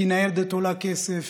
כי ניידת עולה כסף,